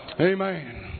Amen